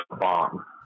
bomb